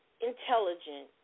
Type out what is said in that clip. intelligent